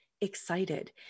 excited